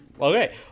Okay